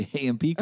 amp